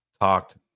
talked